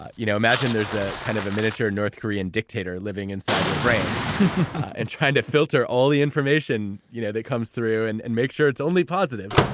ah you know imagine there's a kind of a miniature north korean dictator living inside your brain and trying to filter all the information you know that comes through and and make sure it's only positive.